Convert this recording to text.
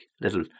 little